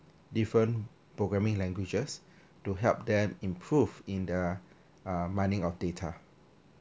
different programming languages to help them improve in the(uh) mining of data